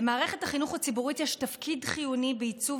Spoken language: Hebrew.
למערכת החינוך הציבורית יש תפקיד חיוני בעיצוב